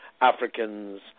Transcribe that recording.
Africans